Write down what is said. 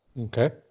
Okay